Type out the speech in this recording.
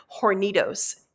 hornitos